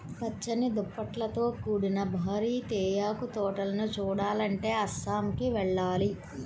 పచ్చని దుప్పట్లతో కూడిన భారీ తేయాకు తోటలను చూడాలంటే అస్సాంకి వెళ్ళాలి